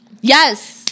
Yes